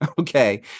Okay